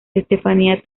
estefanía